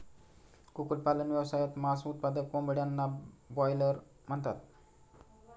कुक्कुटपालन व्यवसायात, मांस उत्पादक कोंबड्यांना ब्रॉयलर म्हणतात